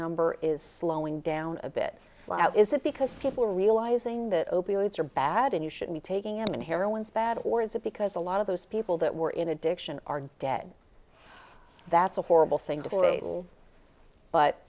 number is slowing down a bit is it because people are realizing that opioids are bad and you should be taking and heroin is bad or is it because a lot of those people that were in addiction are dead that's a horrible thing to